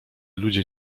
ludzie